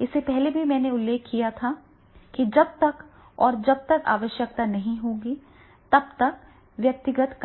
इससे पहले भी मैंने उल्लेख किया था कि जब तक और जब तक आवश्यकता होगी तब तक व्यक्तिगत